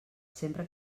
sempre